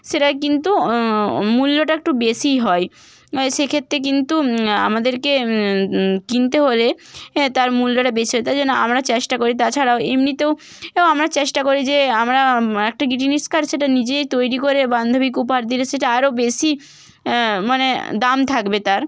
সেটার কিন্তু মূল্যটা একটু বেশিই হয় সেক্ষেত্রে কিন্তু আমাদেরকে কিনতে হলে হ্যাঁ তার মূল্যটা বেশি হয় তাই জন্য আমরা চেষ্টা করি তাছাড়াও এমনিতেও এও আমরা চেষ্টা করি যে আমরা একটা গ্রিটিংস কার্ড সেটা নিজেই তৈরি করে বান্ধবীকে উপহার দিলে সেটা আরও বেশি মানে দাম থাকবে তার